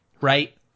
right